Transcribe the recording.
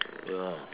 ya